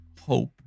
hope